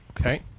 Okay